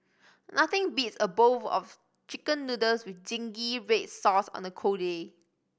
nothing beats a bowl of Chicken Noodles with zingy red sauce on a cold day